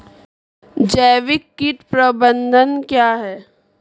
जैविक कीट प्रबंधन क्या है?